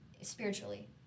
spiritually